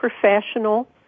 professional